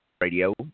Radio